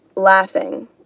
Laughing